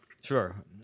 Sure